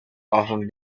often